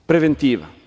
Preventiva.